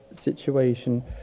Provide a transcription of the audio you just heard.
situation